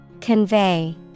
Convey